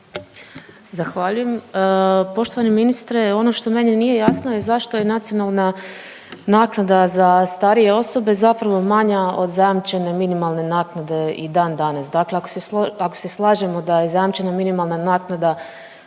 Zahvaljujem. Poštovani ministre ono što meni nije jasno je zašto je nacionalna naknada za starije osobe zapravo manja od zajamčene minimalne naknade i dan danas? Dakle, ako se slažemo da je zajamčena minimalna naknada